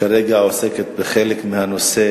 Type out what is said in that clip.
שכרגע עוסקת בחלק מהנושא